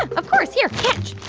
of course. here. catch